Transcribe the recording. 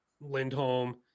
Lindholm